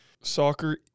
Soccer